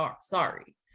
sorry